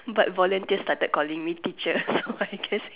but volunteer started calling me teacher so I guess